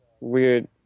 weird